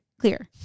clear